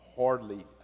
hardly